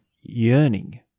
yearning